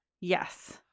Yes